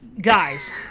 Guys